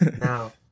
Now